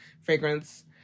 fragrance